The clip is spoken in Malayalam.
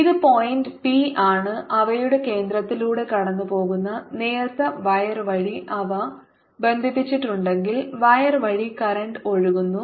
ഇത് പോയിന്റ് പി ആണ് അവയുടെ കേന്ദ്രത്തിലൂടെ കടന്നുപോകുന്ന നേർത്ത വയർ വഴി അവ ബന്ധിപ്പിച്ചിട്ടുണ്ടെങ്കിൽ വയർ വഴി കറന്റ് ഒഴുകുന്നു